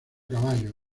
caballo